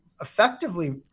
effectively